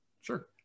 Sure